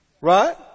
Right